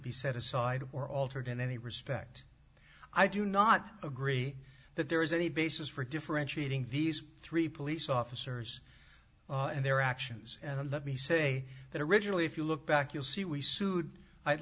be set aside or altered in any respect i do not agree that there is any basis for differentiating these three police officers and their actions and let me say that originally if you look back you'll see we sued i